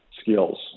skills